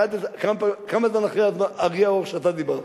מה זמן הכי ארוך שאתה דיברת?